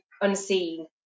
unseen